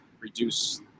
reduce